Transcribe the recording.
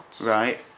right